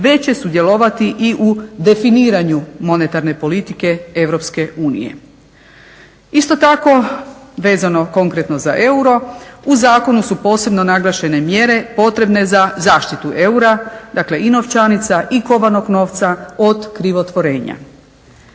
već će sudjelovati i u definiranju monetarne politike EU. Isto tako vezano konkretno za euro, u zakonu su posebno naglašene mjere potrebne za zaštitu eura, dakle i novčanica i kovanog novca od krivotvorenja.